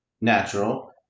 Natural